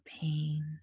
pain